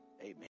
Amen